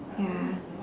ya